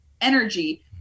energy